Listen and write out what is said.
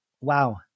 wow